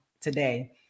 today